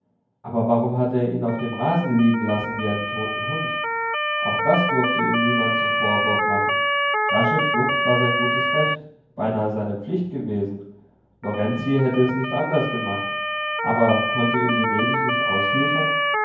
aber warum hatte er ihn auf dem rasen liegen lassen wie einen toten hund auch das durfte ihm niemand zum vorwurf machen rasche flucht war sein gutes recht beinahe seine pflicht gewesen lorenzi hätte es nicht anders gemacht aber konnte ihn venedig nicht ausliefern